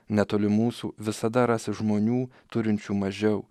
netoli mūsų visada rasis žmonių turinčių mažiau